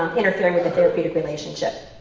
um interfering with the therapeutic relationship.